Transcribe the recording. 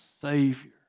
Savior